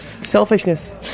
selfishness